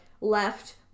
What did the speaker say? left